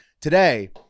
today